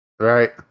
Right